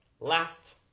last